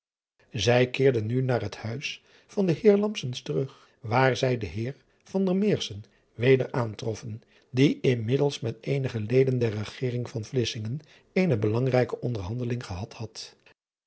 ij keerden nu naar het huis van den heer terug waar zij den heer weder aantroffen die inmiddels met eenige leden der regering van lissingen driaan oosjes zn et leven van illegonda uisman eene belangrijke onderhandeling gehad had